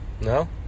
No